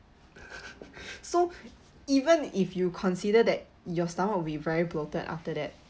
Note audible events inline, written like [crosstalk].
[laughs] [breath] so even if you consider that your stomach will very bloated after that